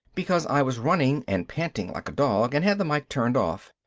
because i was running and panting like a dog, and had the mike turned off.